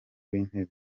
w’intebe